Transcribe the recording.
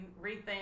rethink